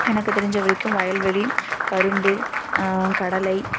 எனக்கு தெரிஞ்ச வரைக்கும் வயல்வெளி கரும்பு கடலை